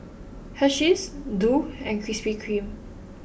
Hersheys Doux and Krispy Kreme